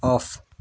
off